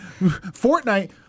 Fortnite